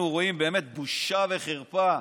אנחנו רואים באמת בושה וחרפה.